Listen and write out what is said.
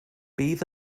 bydd